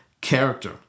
character